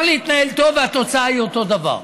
להתנהל טוב והתוצאה היא אותו דבר.